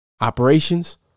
Operations